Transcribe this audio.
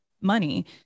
money